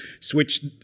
switch